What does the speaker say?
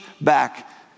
back